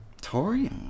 Tory